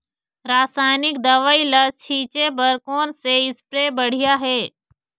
रासायनिक दवई ला छिचे बर कोन से स्प्रे बढ़िया हे?